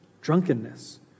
drunkenness